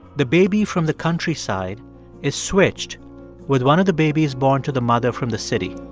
the baby from the countryside is switched with one of the babies born to the mother from the city